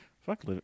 fuck